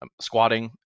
squatting